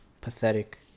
Pathetic